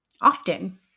often